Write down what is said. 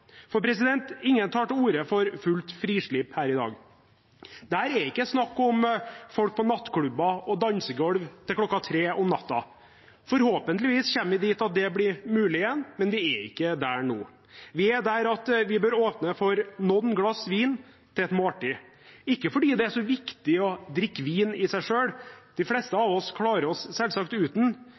Ingen tar til orde for fullt frislipp her i dag. Det er ikke snakk om folk på nattklubber og dansegulv til klokken tre om natten. Forhåpentligvis kommer vi dit at det blir mulig igjen, men vi er ikke der nå. Vi er der at vi bør åpne for noen glass vin til et måltid – ikke fordi det er så viktig å drikke vin i seg selv. De fleste av oss klarer oss selvsagt uten,